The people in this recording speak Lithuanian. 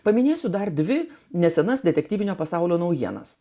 paminėsiu dar dvi nesenas detektyvinio pasaulio naujienas